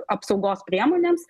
apsaugos priemonėms